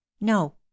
No